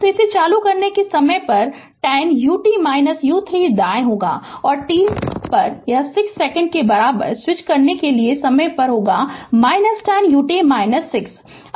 तो इसे चालू करने के समय 10 ut u 3 दाएँ होगा और t पर 6 सेकंड के बराबर स्विच करने के समय यह होगा 10 ut 6